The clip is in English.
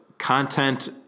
Content